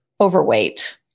overweight